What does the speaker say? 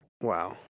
Wow